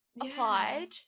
applied